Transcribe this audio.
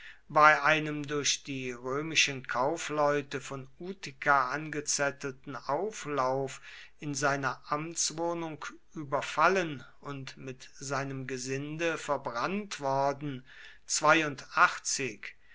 bei einem durch die römischen kaufleute von utica angezettelten auflauf in seiner amtswohnung überfallen und mit seinem gesinde verbrannt worden